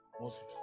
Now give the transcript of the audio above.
Moses